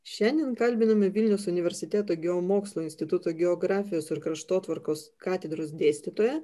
šiandien kalbiname vilniaus universiteto geomokslų instituto geografijos ir kraštotvarkos katedros dėstytoją